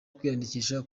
kwiyandikisha